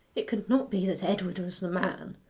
it could not be that edward was the man!